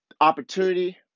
opportunity